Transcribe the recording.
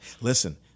Listen